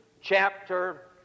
chapter